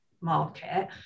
market